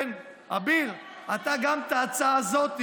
כן, אביר, אתה גם חתום על ההצעה הזו,